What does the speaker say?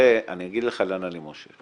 הרי אני אגיד לך לאן אני מושך,